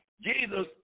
Jesus